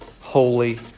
holy